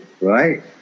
right